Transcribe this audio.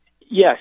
Yes